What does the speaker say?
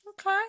Okay